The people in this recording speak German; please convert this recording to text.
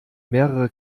mehrere